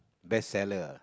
best seller